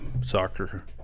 soccer